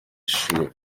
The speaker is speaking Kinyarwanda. shuri